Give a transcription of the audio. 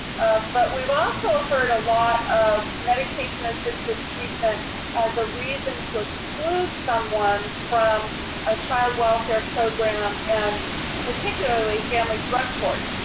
but we've also heard a lot of medication-assisted treatment as a reason to exclude someone from a child welfare program and particularly family drug court.